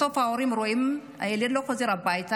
בסוף ההורים רואים שהילד לא חוזר הביתה.